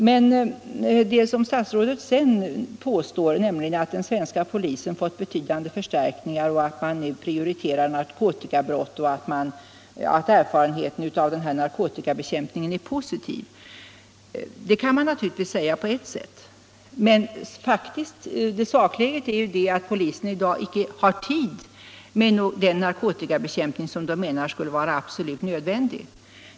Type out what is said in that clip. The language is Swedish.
Sedan påstår statsrådet att den svenska polisen fått betydande förstärkningar, att man nu prioriterar narkotikabrott och att erfarenheterna av narkotikabekämpningen är positiva. Det kan man naturligtvis säga, på ett sätt. Men sakläget är att polisen i dag inte har tid med den narkotikabekämpning som man menar skulle vara absolut nödvändig.